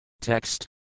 Text